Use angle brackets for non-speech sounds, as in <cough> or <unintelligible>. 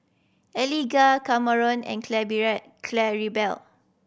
Eliga Kameron and <unintelligible> Claribel